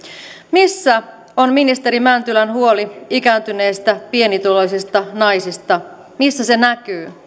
missä on ministeri mäntylän huoli ikääntyneistä pienituloisista naisista missä se näkyy